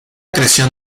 creación